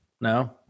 No